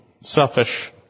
Selfish